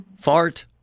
Fart